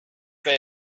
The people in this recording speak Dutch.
bij